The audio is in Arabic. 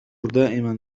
دائمًا